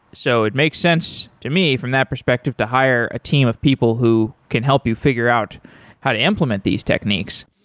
so it makes sense to me from that perspective to hire a team of people who can help you figure out how to implement these techniques.